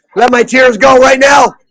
let my tears go right now